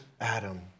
Adam